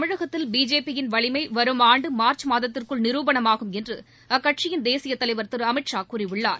தமிழகத்தில் பிஜேபி யின் வலிமை வரும் ஆண்டு மார்ச் மாதத்திற்குள் நிரூபணமாகும் என்று அக்கட்சியின் தேசிய தலைவர் திரு அமித் ஷா கூறியுள்ளார்